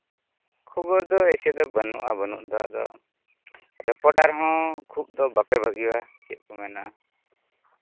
ᱠᱷᱚᱵᱚᱨ ᱫᱚ ᱮᱭᱥᱮ ᱫᱚ ᱵᱟᱹᱱᱩᱜᱼᱟ ᱵᱟᱹᱱᱩᱜ ᱫᱚ ᱟᱫᱚ ᱨᱤᱯᱳᱴᱟᱨ ᱦᱚᱸ ᱠᱷᱩᱵᱽ ᱫᱚ ᱵᱟᱯᱮ ᱵᱷᱟᱹᱜᱤᱭᱟ ᱪᱮᱫ ᱠᱚ ᱢᱮᱱᱟ